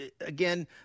again